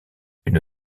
une